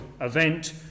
event